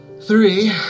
three